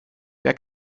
wer